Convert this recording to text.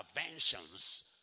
interventions